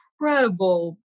incredible